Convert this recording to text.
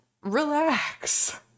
relax